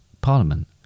Parliament